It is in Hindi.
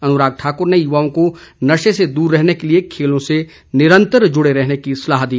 अनुराग ठाकर ने युवाओं को नशे से दूर रहने के लिए खेलों से निरंतर जुड़े रहने की सलाह दी